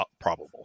probable